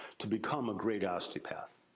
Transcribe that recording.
to become a great osteopath.